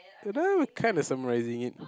kind of summarising it